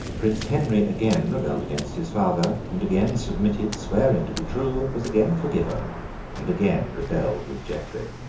prince henry again rebelled against his father and again submitted, swearing to be true and was again forgiven and again rebelled with geoffrey.